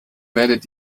werdet